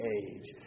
age